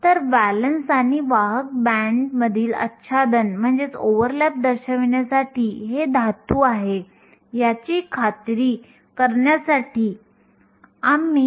त्याचप्रमाणे μe किंवा μh जास्त तर वाहकता जास्त